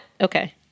Okay